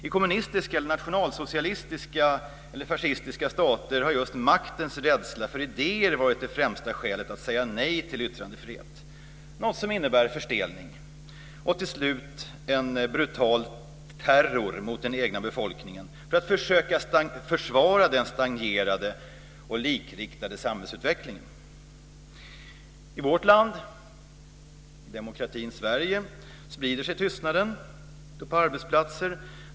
I kommunistiska, nationalsocialistiska eller fascistiska stater har just maktens rädsla för idéer varit det främsta skälet till att säga nej till yttranhefrihet, något som innebär förstelning och till slut en brutal terror mot den egna befolkningen för att försöka försvara den stagnerade och likriktade samhällsutvecklingen. I vårt land, i demokratin Sverige, sprider sig tystnaden på arbetsplatser.